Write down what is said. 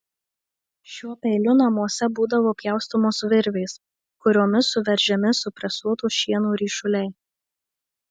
šiuo peiliu namuose būdavo pjaustomos virvės kuriomis suveržiami supresuoto šieno ryšuliai